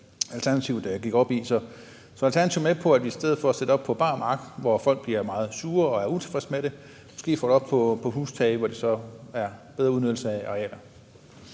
Alternativet gik op i. Så er Alternativet med på, at vi i stedet for at sætte det op på bar mark, som folk bliver meget sure over og er utilfredse med, måske får det op på hustage, hvor der så er en bedre udnyttelse af arealerne?